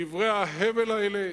דברי ההבל האלה